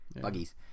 buggies